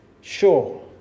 sure